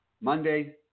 Monday